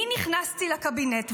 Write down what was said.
אני נכנסתי לקבינט,